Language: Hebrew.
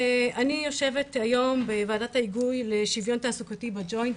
ואני יושבת היום בוועדת ההיגוי לשוויון תעסוקתי בג'וינט,